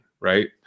right